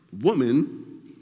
woman